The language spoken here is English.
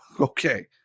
Okay